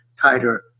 tighter